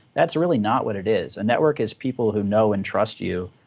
that's really not what it is. a network is people who know and trust you.